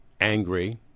angry